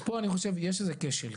אז פה אני חושב שיש איזה כשל.